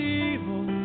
evil